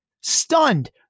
stunned